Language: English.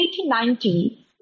1890